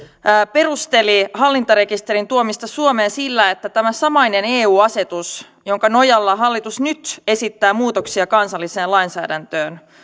perusteli hallintarekisterin tuomista suomeen sillä että tämä samainen eu asetus jonka nojalla hallitus nyt esittää muutoksia kansalliseen lainsäädäntöön